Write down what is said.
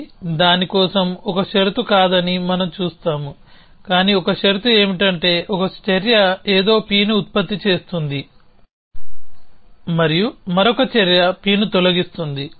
ఇది దాని కోసం ఒక షరతు కాదని మనం చూస్తాము కానీ ఒక షరతు ఏమిటంటే ఒక చర్య ఏదో Pని ఉత్పత్తి చేస్తుంది మరియు మరొక చర్య Pని తొలగిస్తుంది